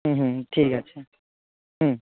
হুম হুম হুম ঠিক আছে হুম